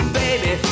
baby